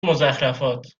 مضخرفات